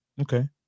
Okay